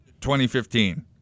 2015